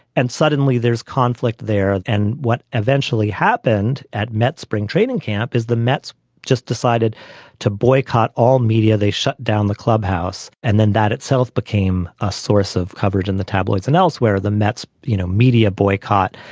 and suddenly there's conflict there. and what eventually happened at met spring training camp is the mets just decided to boycott all media. they shut down the clubhouse and then that itself became a source of coverage in the tabloids and elsewhere, the mets. you know, media boycott.